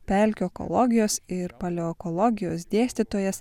pelkių ekologijos ir paleoekologijos dėstytojas